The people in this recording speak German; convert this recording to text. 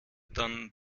dann